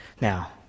Now